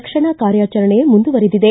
ರಕ್ಷಣಾ ಕಾರ್ಯಾಚರಣೆ ಮುಂದುವರಿದಿದೆ